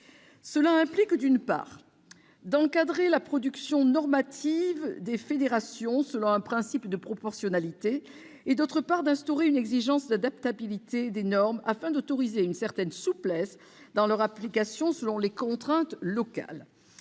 Cela implique, d'une part, d'encadrer la production normative des fédérations selon un principe de proportionnalité et, d'autre part, d'instaurer une exigence d'adaptabilité des normes, afin d'autoriser une certaine souplesse dans leur application, selon les contraintes locales.